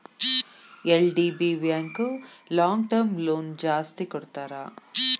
LDB bank long term loan ಜಾಸ್ತಿ ಕೊಡ್ತಾರ